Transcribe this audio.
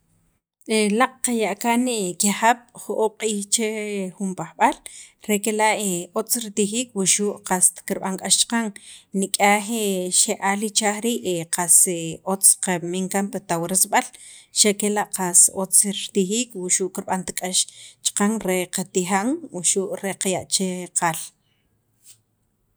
laaq' qaya' kaan kijab' jo'oob' q'iij che jun pajb'al re kela' otz ritijiik wuxu' qast kirb'an k'ax chaqan nik'yaj xe'aal ichaj rii' qas otz qamin kaan pi tawarsab'al xa' kela' qas otz ritijiik wuxu' kirb'ant k'ax chaqan re qatijan wuxu' qaya' che qaal